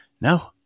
No